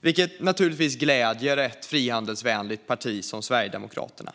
Det gläder naturligtvis ett frihandelsvänligt parti som Sverigedemokraterna.